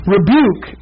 Rebuke